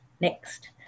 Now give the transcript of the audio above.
Next